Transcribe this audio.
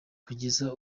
kugeza